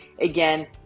Again